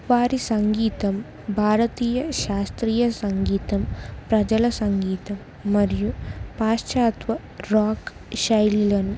ఉపారి సంగీతం భారతీయ శాస్త్రీయ సంగీతం ప్రజల సంగీతం మరియు పాశ్చాత్వ రాక్ శైలను